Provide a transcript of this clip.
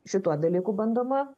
šituo dalyku bandoma